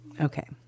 Okay